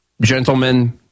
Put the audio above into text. gentlemen